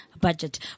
budget